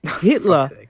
Hitler